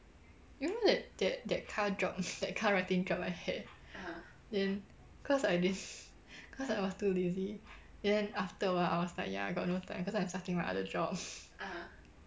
you know that that that car job that car writing job I had then cause I didn't cause I was too lazy then after a while I was like ya I got no time cause I'm starting my other job